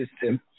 system